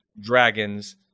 dragons